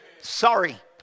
Sorry